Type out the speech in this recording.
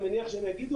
אני מניח שהן יגידו.